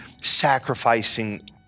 sacrificing